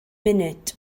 munud